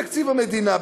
בתקציב המדינה,